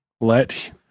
Let